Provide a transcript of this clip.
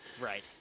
Right